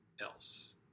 else